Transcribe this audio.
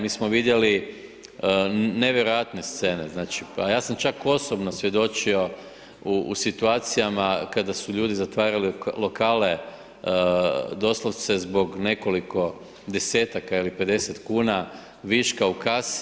Mi smo vidjeli nevjerojatne scene, znači pa ja sam čak osobno svjedočio u situacijama kada su ljudi zatvarali lokale doslovce zbog nekoliko desetaka ili 50 kuna viška u kasi.